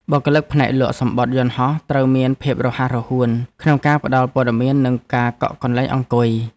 បុគ្គលិកផ្នែកលក់សំបុត្រយន្តហោះត្រូវមានភាពរហ័សរហួនក្នុងការផ្តល់ព័ត៌មាននិងការកក់កន្លែងអង្គុយ។